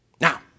Now